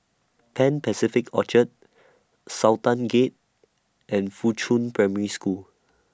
Pan Pacific Orchard Sultan Gate and Fuchun Primary School